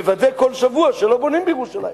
מוודא כל שבוע שלא בונים בירושלים.